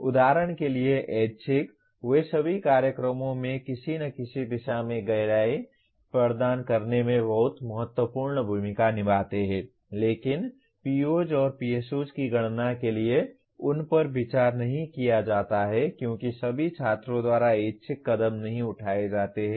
उदाहरण के लिए ऐच्छिक वे सभी कार्यक्रमों में किसी न किसी दिशा में गहराई प्रदान करने में बहुत महत्वपूर्ण भूमिका निभाते हैं लेकिन POs और PSOs की गणना के लिए उन पर विचार नहीं किया जाता है क्योंकि सभी छात्रों द्वारा ऐच्छिक कदम नहीं उठाए जाते हैं